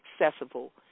accessible